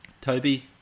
Toby